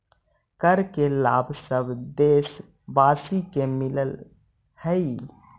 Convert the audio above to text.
कर के लाभ सब देशवासी के मिलऽ हइ